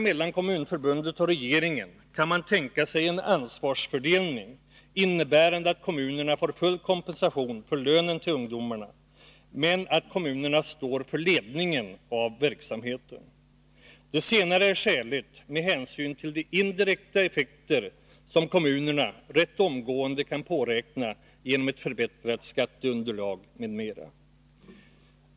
Man skulle då kunna tänka sig en ansvarsfördelning innebärande att kommunerna får full kompensation för lönen till ungdomarna mot att de står för ledningen av verksamheten. Det senare är skäligt med hänsyn till de indirekta effekter som kommunerna ganska omgående kan påräkna genom ett förbättrat skatteunderlag m.m.